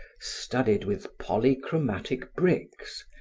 studded with polychromatic bricks,